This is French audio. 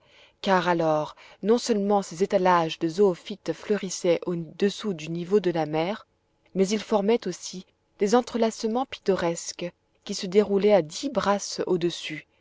car alors non seulement ces étalages de zoophytes fleurissaient au-dessous du niveau de la mer mais ils formaient aussi des entrelacements pittoresques qui se déroulaient à dix brasses au-dessus